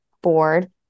board